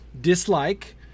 dislike